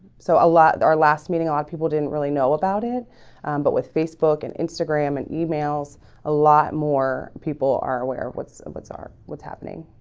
so a lot our last meeting a lot of people didn't really know about it but with facebook and instagram and emails a lot more people are aware. what's ah what's our what's happening?